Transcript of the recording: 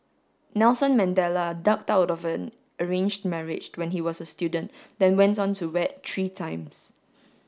Nelson Mandela ducked out of an arranged marriage when he was a student then went on to wed three times